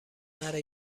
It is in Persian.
نره